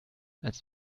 als